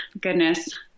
Goodness